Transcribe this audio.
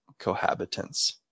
cohabitants